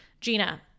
Gina